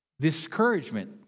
Discouragement